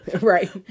Right